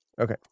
Okay